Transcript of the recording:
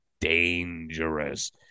dangerous